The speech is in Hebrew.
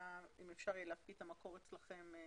אפשר יהיה להפקיד את המקור אצלכם.